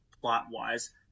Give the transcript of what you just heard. plot-wise